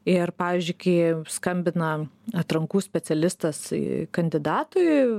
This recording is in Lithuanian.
ir pavyzdžiui kai skambina atrankų specialistas kandidatui